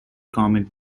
comic